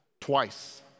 twice